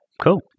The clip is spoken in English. cool